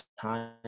time